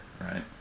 right